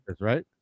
right